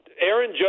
aaron